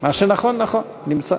מה שנכון נכון, נמצא.